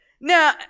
Now